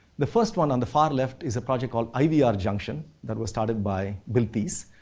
the first one on the far left is a project called ivr junction that was started by will thies.